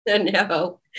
No